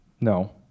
no